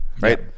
right